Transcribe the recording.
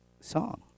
song